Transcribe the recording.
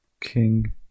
King